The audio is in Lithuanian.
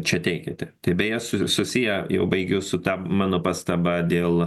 čia teikiate tai beje susiję jau baigiu su ta mano pastaba dėl